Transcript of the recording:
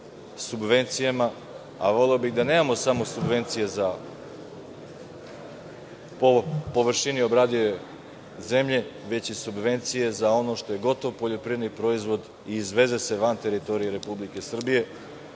subvencijama, a voleo bih da nemamo samo subvencije po površini obradive zemlje, već i subvencije za ono što je gotov poljoprivredni proizvod i izveze se van teritorije Republike Srbije,